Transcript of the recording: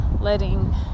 letting